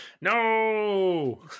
No